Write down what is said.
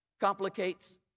complicates